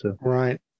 Right